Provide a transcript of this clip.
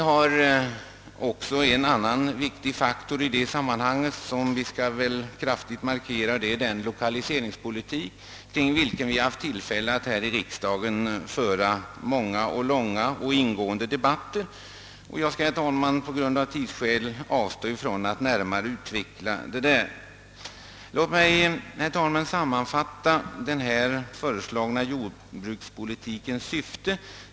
En annan viktig faktor i sammanhanget, som bör kraftigt framhållas, är den lokaliseringspolitik, vilken vi haft tillfälle att här i kammaren föra många och långa och ingående debatter om. Jag skall nu, herr talman, av tidsskäl avstå från att närmare utveckla detta. Låt mig, herr talman, sammanfatta den föreslagna jordbrukspolitikens syfte.